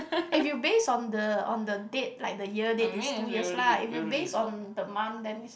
if you based on the on the date like the year date is two years lah if you based on the month then is